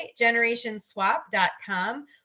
generationswap.com